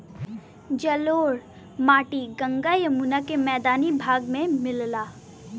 जलोढ़ मट्टी गंगा जमुना के मैदानी भाग में मिलला